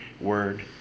Word